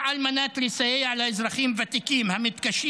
על מנת לסייע לאזרחים ותיקים המתקשים